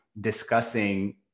discussing